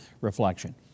reflection